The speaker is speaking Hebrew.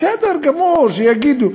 בסדר גמור, שיגידו.